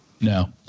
No